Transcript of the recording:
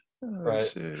Right